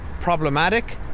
problematic